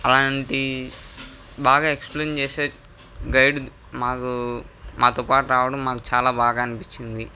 అలాంటి బాగా ఎక్సప్లయిన్ చేసే గైడ్ మాకు మాతోపాటు రావడం మాకు చాలా బాగా అనిపించింది